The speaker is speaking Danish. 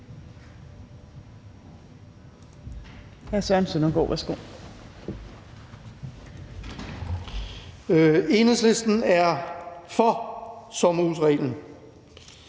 Enhedslisten er for sommerhusreglen.